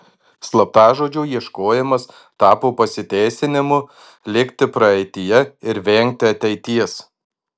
slaptažodžio ieškojimas tapo pasiteisinimu likti praeityje ir vengti ateities